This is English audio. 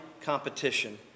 competition